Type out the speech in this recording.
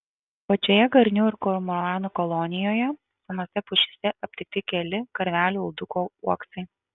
pačioje garnių ir kormoranų kolonijoje senose pušyse aptikti keli karvelių uldukų uoksai